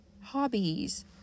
hobbies